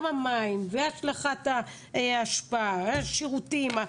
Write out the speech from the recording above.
גם המים, השלכת האשפה, השירותים.